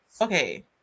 Okay